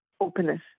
openness